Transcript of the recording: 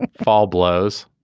and fall blows.